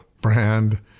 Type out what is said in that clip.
brand